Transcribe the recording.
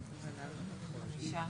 שישה.